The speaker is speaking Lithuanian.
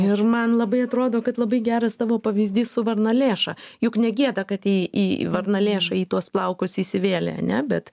ir man labai atrodo kad labai geras tavo pavyzdys su varnalėša juk ne gėda kad į varnalėšą į tuos plaukus įsivėlė ne bet